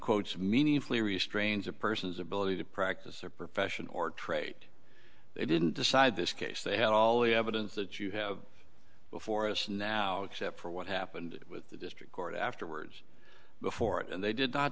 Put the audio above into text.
quotes meaningfully restrains a person's ability to practice their profession or trait they didn't decide this case they had all the evidence that you have before us now except for what happened with the district court afterwards before it and they did not